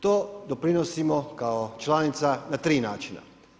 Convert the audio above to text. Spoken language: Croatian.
To doprinosimo kao članica na tri načina.